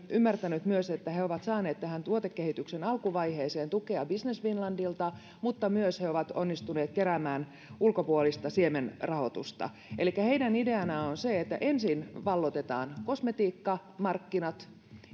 ymmärtänyt myös että he he ovat saaneet tuotekehityksen alkuvaiheeseen tukea business finlandilta mutta he ovat onnistuneet keräämään myös ulkopuolista siemenrahoitusta elikkä heidän ideanaan on se että ensin valloitetaan kosmetiikkamarkkinat